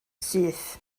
syth